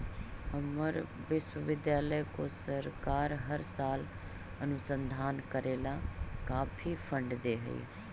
हमर विश्वविद्यालय को सरकार हर साल अनुसंधान करे ला काफी फंड दे हई